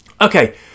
okay